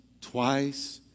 twice